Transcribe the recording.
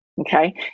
okay